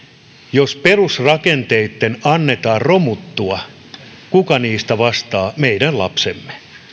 jos perusrakenteitten annetaan romuttua ketkä niistä vastaavat meidän lapsemme